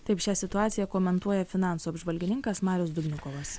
taip šią situaciją komentuoja finansų apžvalgininkas marius dubnikovas